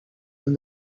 and